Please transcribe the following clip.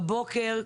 בבוקר,